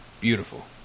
Beautiful